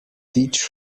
teach